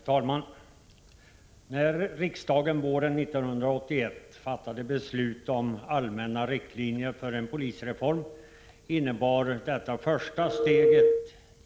Herr talman! När riksdagen våren 1981 fattade beslut om allmänna riktlinjer för en polisreform, innebar detta första steget